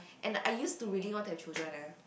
and I used to really want to have children eh